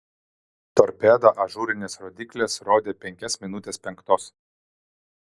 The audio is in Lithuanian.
torpeda ažūrinės rodyklės rodė penkias minutes penktos